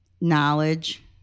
knowledge